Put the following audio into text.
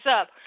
up